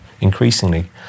increasingly